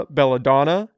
Belladonna